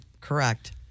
correct